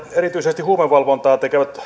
erityisesti huumevalvontaa tekevät